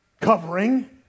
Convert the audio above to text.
covering